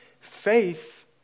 Faith